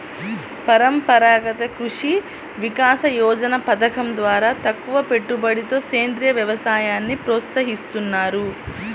పరంపరాగత కృషి వికాస యోజన పథకం ద్వారా తక్కువపెట్టుబడితో సేంద్రీయ వ్యవసాయాన్ని ప్రోత్సహిస్తున్నారు